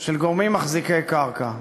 של גורמים מחזיקי קרקע,